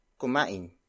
kumain